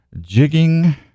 jigging